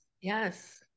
Yes